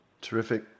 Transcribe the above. Terrific